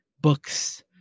books